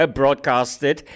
broadcasted